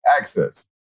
access